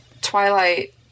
Twilight